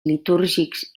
litúrgics